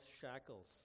shackles